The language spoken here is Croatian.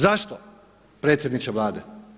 Zašto predsjedniče Vlade?